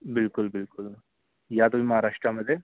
बिलकुल बिलकुल या तुम्ही महाराष्ट्रामध्ये